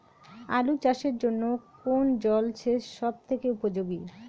আলু চাষের জন্য কোন জল সেচ সব থেকে উপযোগী?